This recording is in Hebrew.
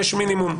מינימום.